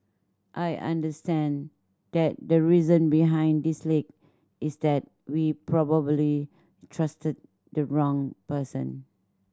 I understand that the reason behind this leak is that we probably trusted the wrong person